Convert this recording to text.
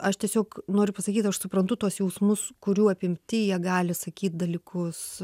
aš tiesiog noriu pasakyt aš suprantu tuos jausmus kurių apimti jie gali sakyt dalykus